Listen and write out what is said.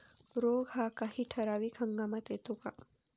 रोग हा काही ठराविक हंगामात येतो का?